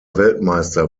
weltmeister